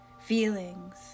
feelings